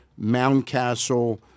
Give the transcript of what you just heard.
Moundcastle